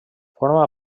forma